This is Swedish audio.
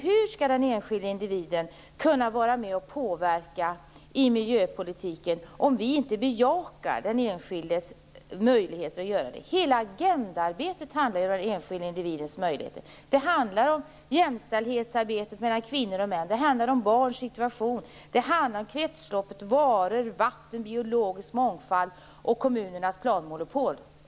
Hur skall den enskilde individen kunna vara med och påverka miljöpolitiken, om vi inte bejakar den enskildes möjligheter att göra det. Hela Agenda 21-arbetet handlar ju om den enskilde individens möjligheter. Det handlar om arbete för jämställdhet mellan kvinnor och män. Det handlar om barns situation, kretslopp, varor, vatten, biologisk mångfald och också om kommunernas planmonopol.